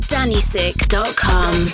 Dannysick.com